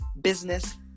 business